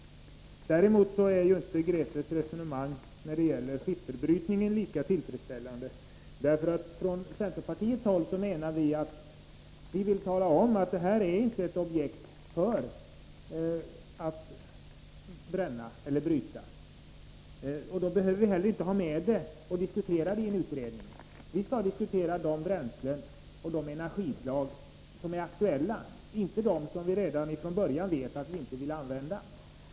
Däremot är inte Grethe Lundblads resonemang när det gäller skifferbrytning lika tillfredsställande. Från centerpartiets håll vill vi tala om att skiffer inte är något objekt att bryta, och då behöver vi inte heller ha med detta och diskutera det i utredningen. Vi skall diskutera de bränslen och de energislag som är aktuella — inte dem som vi redan från början vet att vi inte vill använda.